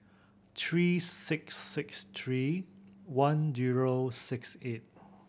three six six three one zero six eight